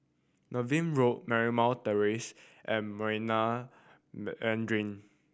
Niven Road Marymount Terrace and Marina Mandarin